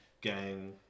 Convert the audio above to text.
gang